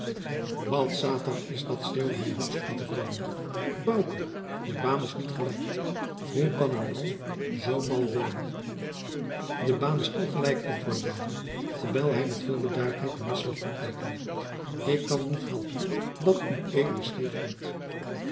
satan is dat schreeuwde hij hoogst ontevreden bouke de baan is niet gelijk hoe kan een bal zoo mal rollen de baan is al gelijk antwoordde bouke terwijl hij met veel bedaardheid den misslag opteekende ik kan niet helpen dat ued